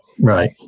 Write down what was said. right